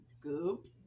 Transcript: goop